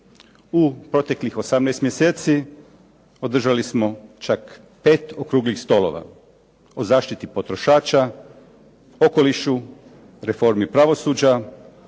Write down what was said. u proteklih 18 mjeseci održali smo čak 5 Okruglih stolova, o zaštiti potrošača, okolišu, reformi pravosuđa,